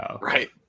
Right